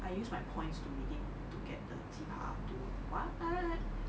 I use my points to redeem to get the 鸡扒 to what